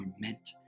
meant